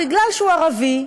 משום שהוא ערבי,